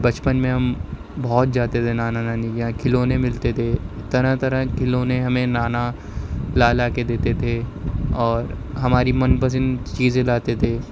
بچپن میں ہم بہت جاتے تھے نانا نانی کے یہاں کھلونے ملتے تھے طرح طرح کے کھلونے ہمیں نانا لا لا کے دیتے تھے اور ہماری من پسند چیزیں لاتے تھے